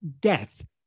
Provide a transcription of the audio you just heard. death